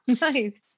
Nice